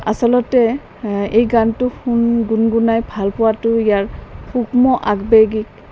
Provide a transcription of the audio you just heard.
আচলতে এই গানটো গুনগুনাই ভাল পোৱাটো ইয়াৰ সূক্ষ্ম আবেগিক